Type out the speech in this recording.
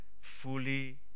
fully